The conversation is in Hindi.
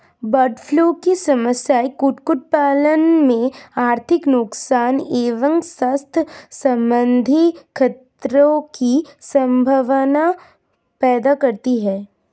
बर्डफ्लू की समस्या कुक्कुट पालन में आर्थिक नुकसान एवं स्वास्थ्य सम्बन्धी खतरे की सम्भावना पैदा करती है